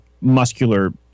muscular